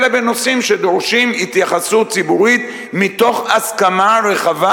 אלא בנושאים שדורשים התייחסות ציבורית מתוך הסכמה רחבה,